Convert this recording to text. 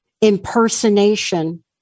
impersonation